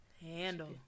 handle